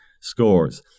scores